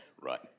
Right